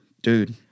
dude